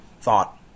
thought